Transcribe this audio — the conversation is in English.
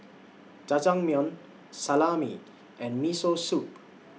Jajangmyeon Salami and Miso Soup